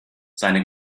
seine